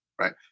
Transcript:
right